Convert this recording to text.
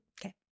Okay